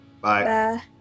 Bye